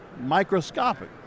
microscopic